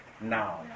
now